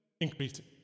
increasing